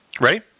Ready